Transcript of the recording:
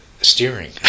steering